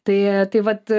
tai tai vat